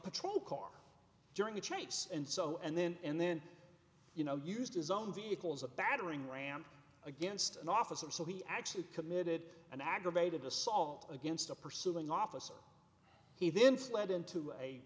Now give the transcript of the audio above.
patrol car during a chase and so and then and then you know used his own vehicles a battering ram against an officer so he actually committed an aggravated assault against a pursuing officer he then fled into a